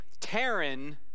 Taryn